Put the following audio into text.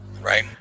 right